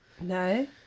no